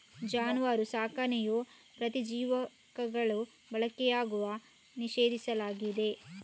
ಜಾನುವಾರು ಸಾಕಣೆಯಲ್ಲಿ ಪ್ರತಿಜೀವಕಗಳ ಬಳಕೆಯನ್ನು ನಿಷೇಧಿಸಲಾಗಿದೆ